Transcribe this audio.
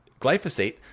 glyphosate